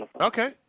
Okay